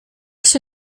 się